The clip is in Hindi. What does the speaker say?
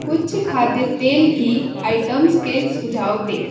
कुछ खाद्य तेल की आइटम्स के सुझाव दें